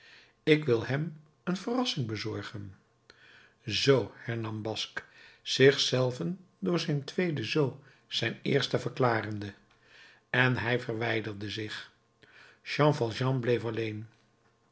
ik wil hem een verrassing bezorgen zoo hernam basque zich zelven door zijn tweede zoo zijn eerste verklarende en hij verwijderde zich jean valjean bleef alleen